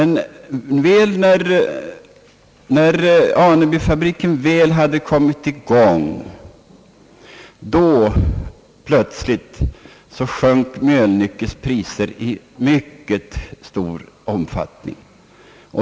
När Anebyfabriken väl hade kommit i gång, sjönk plötsligt Mölnlyckes priser mycket kraftigt.